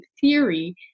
theory